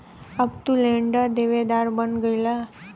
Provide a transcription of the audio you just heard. अब तू लेंडर देवेदार बन गईला